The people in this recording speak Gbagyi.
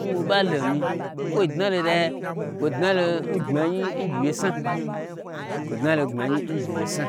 N w ɓa lo n mi kwo chalo daya kwo dnal n gbam nyi nn gyi mye sna kwo dnalo gbmanyi n gyiwye sna